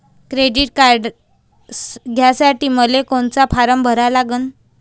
Credit card घ्यासाठी मले कोनचा फारम भरा लागन?